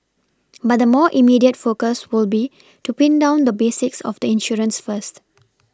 but the more immediate focus will be to Pin down the basics of the insurance first